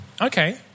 Okay